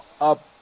up